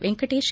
Venkatesh